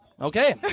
Okay